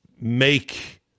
make